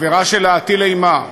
אווירה של הטלת אימה.